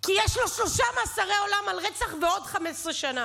כי יש לו שלושה מאסרי עולם על רצח ועוד 15 שנה.